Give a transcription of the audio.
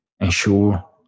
ensure